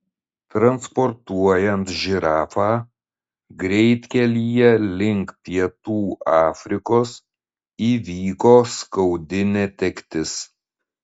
transportuojant žirafą greitkelyje link pietų afrikos įvyko skaudi netektis